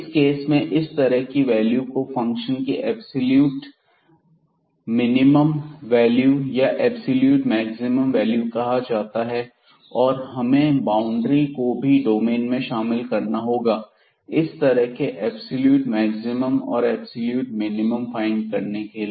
इस केस में इस तरह की वैल्यू को फंक्शन की एब्सलूट मिनिमम वैल्यू या एब्सलूट मैक्सिमम वैल्यू कहा जाता है और हमें बाउंड्री को भी डोमेन में शामिल करना होगा इस तरह के एब्सलूट मैक्सिमम और एब्सलूट मिनिमम फाइंड करने के लिए